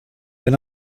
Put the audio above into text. wenn